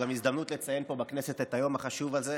זו גם הזדמנות לציין פה בכנסת את היום החשוב הזה,